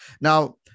Now